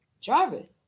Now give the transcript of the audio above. Jarvis